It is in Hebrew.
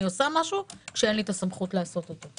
עושה משהו כאשר אין לי סמכות לעשות אותו.